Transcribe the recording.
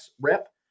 rep